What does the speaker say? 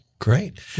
Great